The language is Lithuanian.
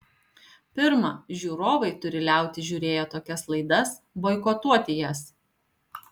pirma žiūrovai turi liautis žiūrėję tokias laidas boikotuoti jas